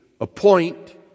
appoint